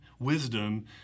wisdom